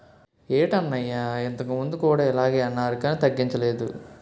ఏటన్నయ్యా ఇంతకుముందు కూడా ఇలగే అన్నారు కానీ తగ్గించలేదు